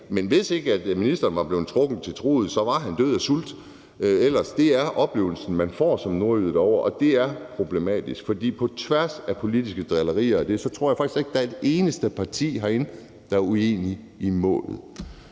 – hvis ikke ministeren var blevet trukket til truget, var han død af sult. Det er oplevelsen, man får som nordjyde derovre, og det er problematisk. For på tværs af politiske drillerier, tror jeg faktisk ikke, at der er et eneste parti herinde, der er uenig i målet.